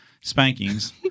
spankings